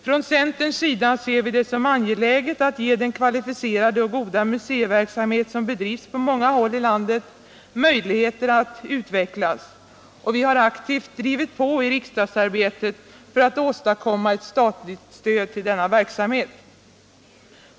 Från centerns sida ser vi det som angeläget att ge den kvalificerade och goda museiverksamhet som bedrivs på många håll i landet möjligheter att utvecklas, och vi har aktivt drivit på i riksdagsarbetet för att åstadkomma ett statligt stöd till denna verksamhet.